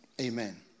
Amen